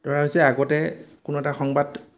ধৰা হৈছে আগতে কোনো এটা সংবাদ